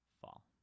Fall